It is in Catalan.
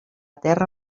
terra